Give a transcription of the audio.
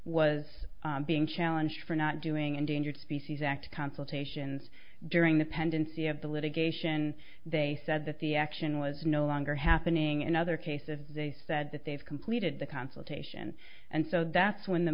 was being challenge for not doing endangered species act consultations during the pendency of the litigation they said that the action was no longer happening in other cases they said that they've completed the consultation and so that's when the